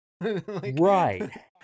right